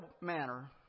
manner